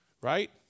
right